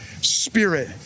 spirit